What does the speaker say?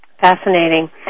Fascinating